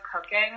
cooking